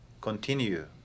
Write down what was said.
continue